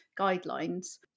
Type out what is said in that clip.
guidelines